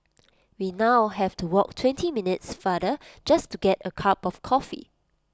we now have to walk twenty minutes farther just to get A cup of coffee